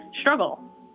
struggle